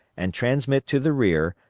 and transmit to the rear,